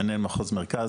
מנהל מחוז מרכז,